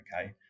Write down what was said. okay